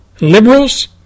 liberals